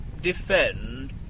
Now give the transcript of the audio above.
Defend